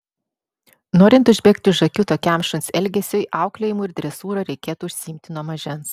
norint užbėgti už akių tokiam šuns elgesiui auklėjimu ir dresūra reikėtų užsiimti nuo mažens